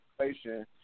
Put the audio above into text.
situation